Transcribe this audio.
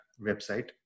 website